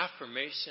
affirmation